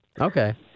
Okay